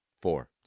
Four